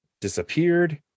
disappeared